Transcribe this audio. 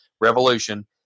revolution